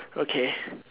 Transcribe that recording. okay